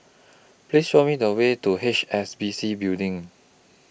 Please Show Me The Way to H S B C Building